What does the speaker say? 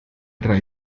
drei